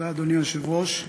אדוני היושב-ראש,